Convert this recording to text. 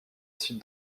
site